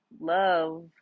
love